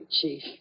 Chief